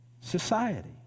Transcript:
society